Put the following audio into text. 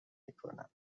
میکنم